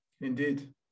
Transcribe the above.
Indeed